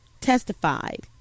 testified